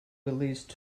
released